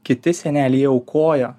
kiti seneliai aukojo